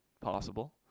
possible